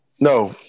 no